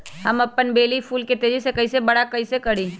हम अपन बेली फुल के तेज़ी से बरा कईसे करी?